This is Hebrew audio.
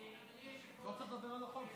לא דיברת על החוק.